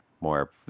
more